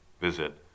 visit